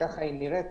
ככה היא נראית,